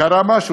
קרה משהו,